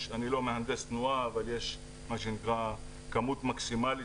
אני לא מהנדס תנועה אבל יש כמות מקסימלית